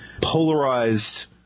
polarized